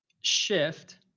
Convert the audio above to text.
shift